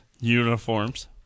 Uniforms